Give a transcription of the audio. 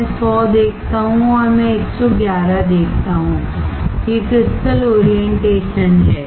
मैं 100 देखता हूं और मैं 111 देखता हूं ये क्रिस्टल ओरिएंटेशन हैं